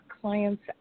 clients